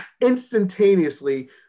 instantaneously